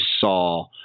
saw